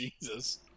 Jesus